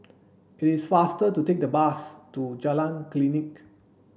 it is faster to take a bus to Jalan Klinik